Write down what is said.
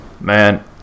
Man